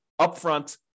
upfront